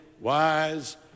wise